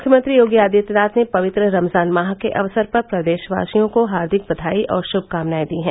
मुख्यमंत्री योगी आदित्यनाथ ने पवित्र रमजान माह के अवसर पर प्रदेशवासियों को हार्दिक बघाई और श्भकामनाएं दी हैं